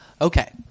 Okay